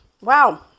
Wow